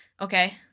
Okay